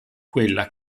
quella